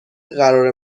قرار